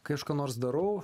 kai aš ką nors darau